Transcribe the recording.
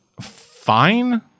fine